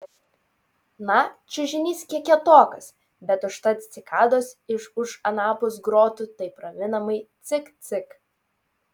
na čiužinys kiek kietokas bet užtat cikados iš už anapus grotų taip raminamai cik cik